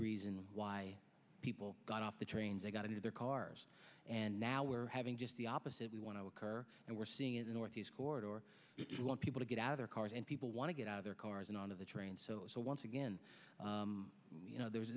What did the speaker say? reason why people got off the trains they got into their cars and now we're having just the opposite we want to occur and we're seeing in the northeast corridor or you want people to get out of their cars and people want to get out of their cars and out of the train so once again you know